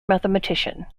mathematician